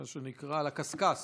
על הקשקש,